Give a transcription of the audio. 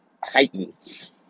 heightens